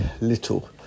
little